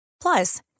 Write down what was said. Plus